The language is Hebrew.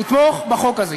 לתמוך בחוק הזה.